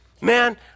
Man